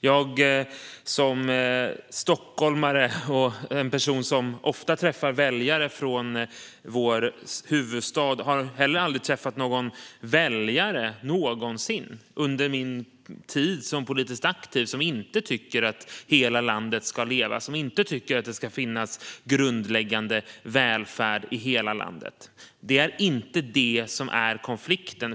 Jag som stockholmare och som en person som ofta träffar väljare från vår huvudstad har heller aldrig någonsin träffat någon väljare under min tid som politiskt aktiv som inte tycker att hela landet ska leva och som inte tycker att det ska finnas en grundläggande välfärd i hela landet. Det är inte det som är konflikten.